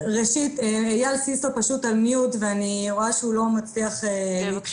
אייל סיסו על מיוט ואני רואה שהוא לא מצליח להתחבר.